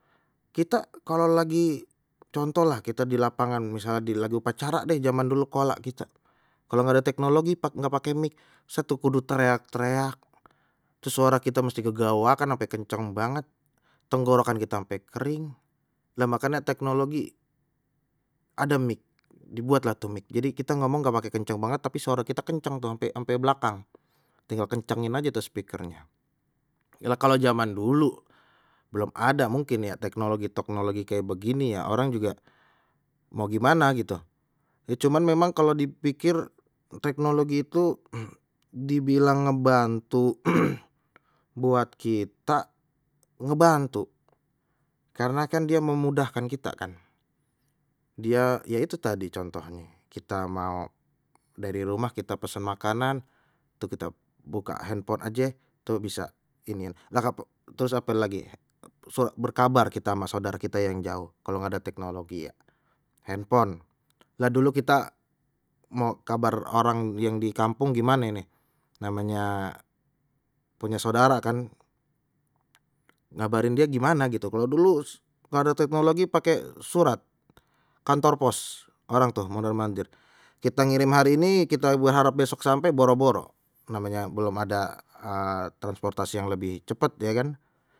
Kita kalau lagi contoh lah kita di lapangan misalnya di lagi upacara deh jaman dulu kolah kita, kalau nggak ada teknologi pak nggak pakai mic satu kudu tereak-tereak, trus suara kita mesti kegaowakan ampe kenceng banget, tenggorokan kita sampai kering, lha makannya teknologi ada mic, dibuatlah tu mic, jadi kita ngomong enggak pakai kencang banget tapi suara kita kencang tuh ampe ampe belakang, tinggal kencengin aja tuh speakernya. Kalau zaman dulu belum ada mungkin ya teknologi-teknologi kayak begini ya orang juga mau gimana gitu, ya cuman memang kalau dipikir teknologi itu dibilang ngebantu buat kita ngebantu, karena kan dia memudahkan kita kan. dia ya itu tadi contohnya kita mau dari rumah kita pesen makanan tuh kita buka handphone aje tuh bisa ini, terus ape lagi berkabar kita sama saudara kita yang jauh, kalau nggak ada teknologi ye handphone dan dulu kita mau kabar orang yang di kampung gimane ni namanya punya saudara kan, ngabarin dia gimana gitu kalau terus kalau ada teknologi pakai surat kantor pos orang tuh mondar mandir kita ngirim hari ini kita berharap besok sampai boro-boro namanya belum ada transportasi yang lebih cepat ya kan.